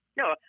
No